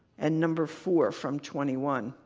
and number four from twenty one.